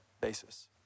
basis